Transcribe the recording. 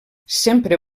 sempre